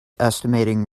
estimating